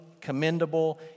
commendable